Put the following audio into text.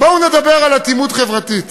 בואו נדבר על אטימות חברתית,